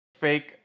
fake